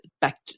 back